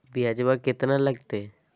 ब्यजवा केतना लगते?